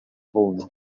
пулнӑ